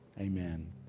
Amen